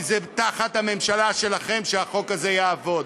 כי תחת הממשלה שלכם החוק הזה יעבוד.